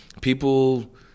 people